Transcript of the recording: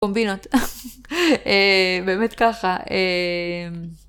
קומבינות באמת ככה